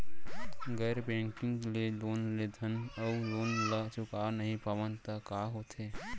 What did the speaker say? गैर बैंकिंग ले लोन लेथन अऊ लोन ल चुका नहीं पावन त का होथे?